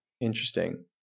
interesting